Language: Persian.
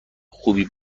خوبی